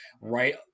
right